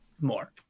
more